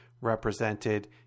represented